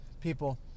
People